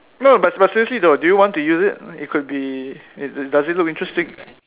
no but but seriously though do you want to use it it could be does does it look interesting